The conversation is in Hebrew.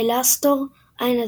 אלאסטור "עין הזעם"